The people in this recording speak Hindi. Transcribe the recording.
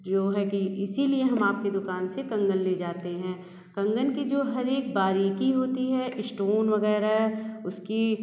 जो है कि इसलिए हम आपके दुकान से कंगन ले जाते हैं कंगन के जो हरेक बारीकी होती है स्टोन वगैरह उसकी